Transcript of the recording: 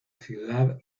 ciudad